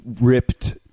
ripped